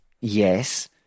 Yes